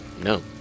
no